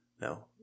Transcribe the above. no